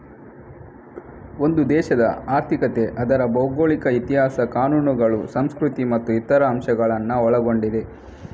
ಒಂದು ದೇಶದ ಆರ್ಥಿಕತೆ ಅದರ ಭೌಗೋಳಿಕತೆ, ಇತಿಹಾಸ, ಕಾನೂನುಗಳು, ಸಂಸ್ಕೃತಿ ಮತ್ತು ಇತರ ಅಂಶಗಳನ್ನ ಒಳಗೊಂಡಿದೆ